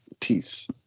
Peace